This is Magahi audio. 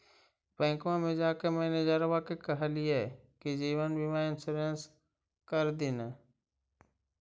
बैंकवा मे जाके मैनेजरवा के कहलिऐ कि जिवनबिमा इंश्योरेंस कर दिन ने?